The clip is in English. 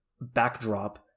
backdrop